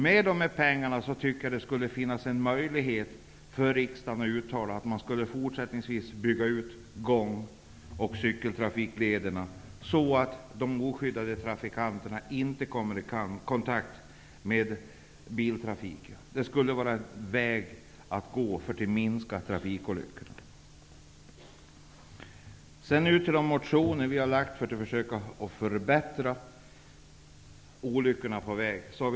Med tanke på de pengar som anslås tycker jag att det skulle finnas en möjlighet för riksdagen att uttala att man fortsättningsvis skall bygga ut gång och cykeltrafiklederna, så att de oskyddade trafikanterna inte kommer i kontakt med biltrafiken. Det skulle kunna vara ett sätt att minska trafikolyckorna. Sedan några ord om de motioner som vi har väckt om att minska olyckor på våra vägar.